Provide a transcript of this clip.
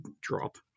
drop